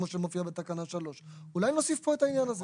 כמו שמופיע בתקנה 3. אולי נוסיף פה את העניין הזה.